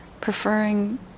preferring